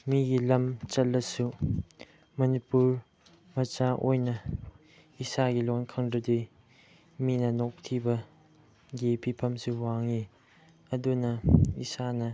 ꯃꯤꯒꯤ ꯂꯝ ꯆꯠꯂꯁꯨ ꯃꯅꯤꯄꯨꯔ ꯃꯆꯥ ꯑꯣꯏꯅ ꯏꯁꯥꯒꯤ ꯂꯣꯟ ꯈꯪꯗ꯭ꯔꯗꯤ ꯃꯤꯅ ꯅꯣꯛꯊꯤꯕꯒꯤ ꯐꯤꯕꯝꯁꯨ ꯋꯥꯡꯉꯤ ꯑꯗꯨꯅ ꯏꯁꯥꯅ